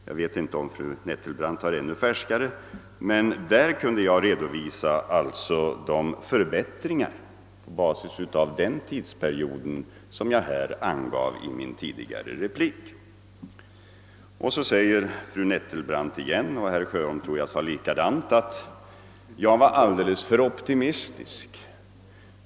Jag vet inte om fru Nettelbrandt har ännu färskare siffror, men de förbättringar jag redovisat i min tidigare replik är baserade på denna tidsperiod. Vidare sade fru Nettelbrandt liksom även herr Sjöholm att jag skulle vara alldeles för optimistisk.